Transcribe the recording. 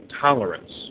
tolerance